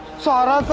sara.